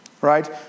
right